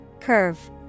Curve